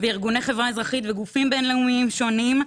ארגוני חברה אזרחית וגופים בין-לאומיים שונים.